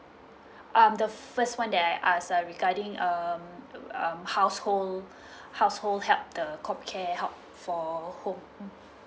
um the first one that I ask uh regarding um um household household help the comcare help for home